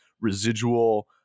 residual